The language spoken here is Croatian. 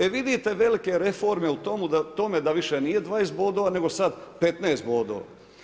E vidite velike reforme u tome da više nije 20 bodova nego sada 15 bodova.